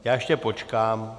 Já ještě počkám...